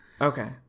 Okay